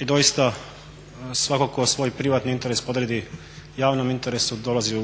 I doista svatko tko svoj privatni interes podredi javnom interesu dolazi u